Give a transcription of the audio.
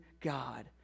God